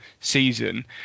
season